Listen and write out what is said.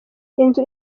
inzu